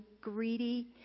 greedy